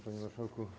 Panie Marszałku!